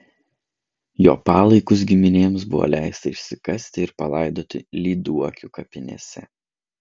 jo palaikus giminėms buvo leista išsikasti ir palaidoti lyduokių kapinėse